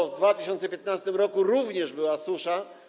W 2015 r. również była susza.